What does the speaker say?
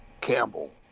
Campbell